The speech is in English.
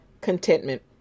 contentment